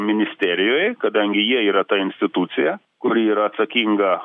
ministerijoj kadangi jie yra ta institucija kuri yra atsakinga